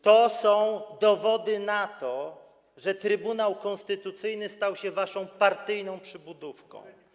To są dowody na to, że Trybunał Konstytucyjny stał się waszą partyjną przybudówką.